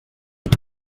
dels